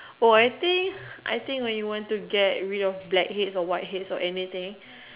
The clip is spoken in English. oh I think I think when you want to get rid of blackheads or whiteheads or anything